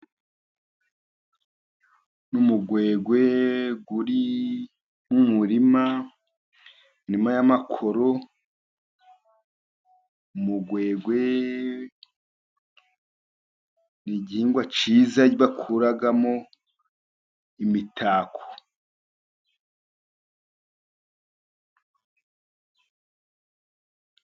Ni umugwegwe uri mu murima, umurima w'amakoro. Umugwegwe ni igihingwa cyiza bakuramo imitako.